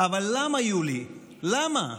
אבל למה, יולי, למה?